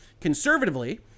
Conservatively